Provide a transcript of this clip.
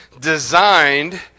designed